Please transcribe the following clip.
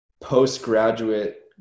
postgraduate